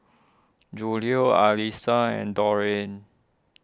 Julio Alissa and Dorene